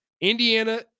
Indiana